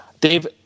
Dave